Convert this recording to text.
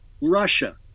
Russia